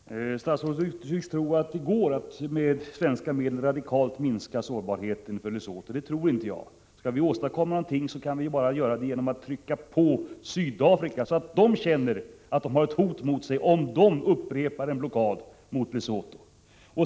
Herr talman! Statsrådet tycks tro att det går att med svenska medel radikalt minska sårbarheten för Lesotho. Det tror inte jag. Skall vi åstadkomma någonting kan vi bara göra det genom att trycka på Sydafrika så att man där känner att man har ett hot över sig om man upprepar en blockad mot Lesotho.